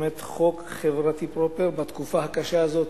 באמת חוק חברתי פרופר בתקופה הקשה הזאת,